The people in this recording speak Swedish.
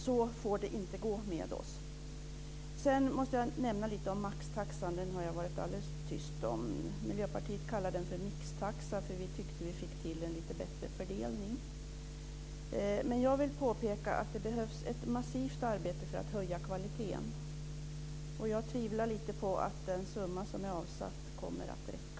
Så får det inte gå med oss. Jag måste säga något om maxtaxan. Det har varit alldeles tyst om den. Miljöpartiet kallar den för mixtaxa. Vi tyckte att vi fick till en lite bättre fördelning. Jag vill påpeka att det behövs ett massivt arbete för att höja kvaliteten. Jag tvivlar lite på att den summa som är avsatt kommer att räcka.